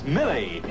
Millie